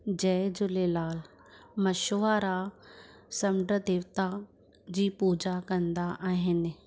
जय झूलेलाल मशुआरा समुंडु देवता जी पूजा कंदा आहिनि